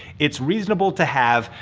it's reasonable to have,